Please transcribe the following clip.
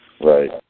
Right